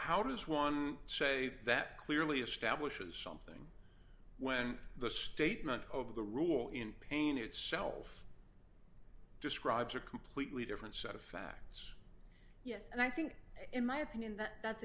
how does one say that clearly establishes something when the statement of the rule in painted shells describes a completely different set of facts yes and i think in my opinion that